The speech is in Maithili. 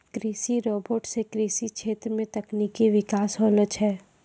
कृषि रोबोट सें कृषि क्षेत्र मे तकनीकी बिकास होलो छै